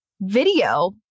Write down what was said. video